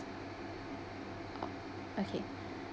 okay